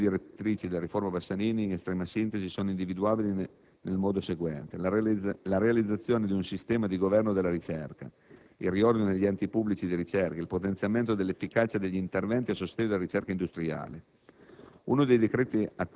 Si ricorda che le principali direttrici della riforma Bassanini, in estrema sintesi, sono individuabili nel modo seguente: la realizzazione di un sistema di governo della ricerca; il riordino degli enti pubblici di ricerca; il potenziamento dell'efficacia degli intervenuti a sostegno della ricerca industriale.